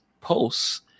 posts